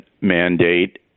mandate